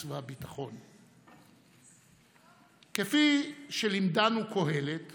חירום לביטחון ישראל, עת חירום לחברה הישראלית,